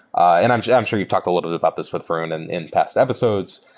and i'm sure i'm sure you've talked a little about this with varun and in past episodes.